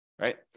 right